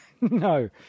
no